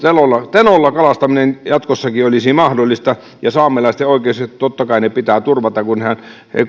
tenolla kalastaminen jatkossakin olisi mahdollista ja saamelaisten oikeudet totta kai ne pitää turvata kun he